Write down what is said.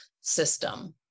system